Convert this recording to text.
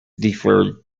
deferred